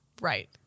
right